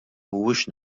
mhuwiex